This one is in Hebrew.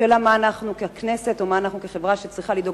השאלה היא מה אנחנו ככנסת או כחברה שצריכה לדאוג